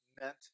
meant